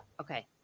okay